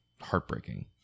heartbreaking